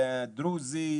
דרוזי,